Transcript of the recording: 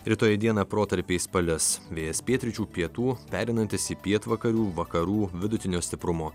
rytoj dieną protarpiais palis vėjas pietryčių pietų pereinantis į pietvakarių vakarų vidutinio stiprumo